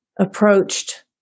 approached